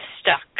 stuck